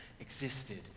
existed